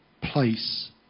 place